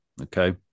Okay